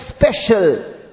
special